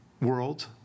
world